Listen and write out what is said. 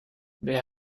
wer